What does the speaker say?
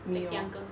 me lor